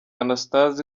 anastase